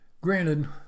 Granted